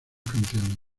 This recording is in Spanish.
canciones